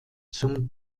zum